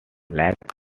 lake